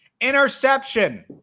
interception